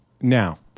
Now